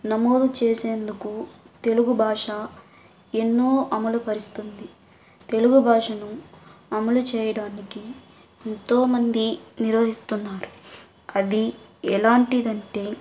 నమోదు చేసేందుకు తెలుగు భాష ఎన్నో అమలుపరుస్తుంది తెలుగు భాషను అమలు చేయడానికి ఎంతోమంది నిర్వహిస్తున్నారు అది ఎలాంటిదంటే